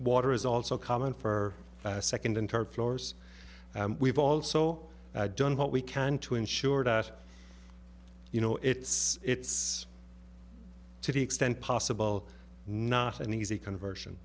water is also common for second and third floors and we've also done what we can to ensure that you know it's it's to the extent possible not an easy conversion